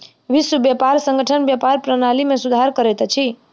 विश्व व्यापार संगठन व्यापार प्रणाली में सुधार करैत अछि